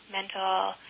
mental